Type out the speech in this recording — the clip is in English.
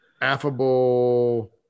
affable